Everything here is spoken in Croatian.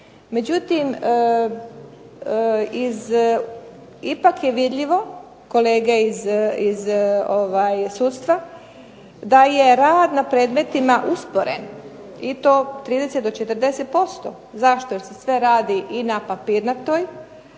međutim ipak je vidljivo kolege iz sudstva da je rad na predmetima usporen i to 30 do 40%. Zašto? Jer se radi sve papirnato